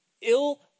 ill